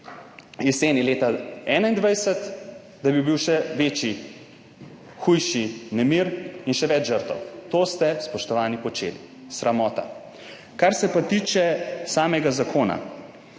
jeseni leta 2021, da bi bil še večji, hujši nemir in še več žrtev. To ste, spoštovani, počeli. Sramota. Kar se pa tiče samega zakona.